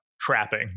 trapping